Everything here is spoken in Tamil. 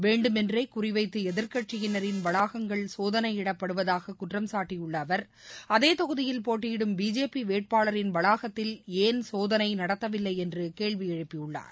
வேண்டுமென்றேகுறிவைத்துஎதிர்க்கட்சியினரின் வளாகங்கள் சோதனையிடப்படுவதாககுற்றம்சாட்டியுள்ளஅவர் அதேதொகுதியில் போட்டியிடும் பிஜேபிவேட்பாளரின் வளாகத்தில் ஏன் சோதனைநடத்தவில்லைஎன்றுகேள்விஎழுப்பியுள்ளார்